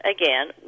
again